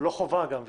גם לא חובה גם וגם.